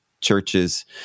churches